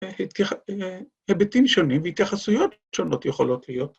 ‫היבטים שונים והתייחסויות שונות ‫יכולות להיות.